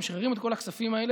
אתם משחררים את כל הכספים האלה.